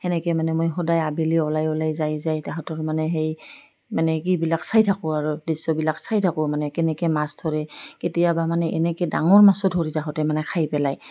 তেনেকৈ মানে মই সদায় আবেলি ওলাই ওলাই যায় যায় তাহাঁতৰ মানে সেই মানে সেইবিলাক চাই থাকোঁ আৰু দৃশ্যবিলাক চাই থাকোঁ মানে কেনেকৈ মাছ ধৰে কেতিয়াবা মানে এনেকৈ ডাঙৰ মাছো ধৰি তাহাঁতে মানে খাই পেলাই